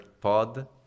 pod